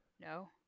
No